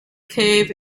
cave